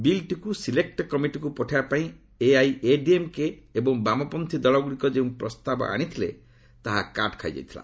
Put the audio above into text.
ବିଲ୍ଟିକୁ select କମିଟିକୁ ପଠାଇବାପାଇଁ ଏଆଇଏଡିଏମ୍କେ ଏବଂ ବାମପନ୍ଥୀ ଦଳଗୁଡ଼ିକ ଯେଉଁ ପ୍ରସ୍ତାବ ଆଣିଥିଲେ ତାହା କାଟ୍ ଖାଇଯାଇଥିଲା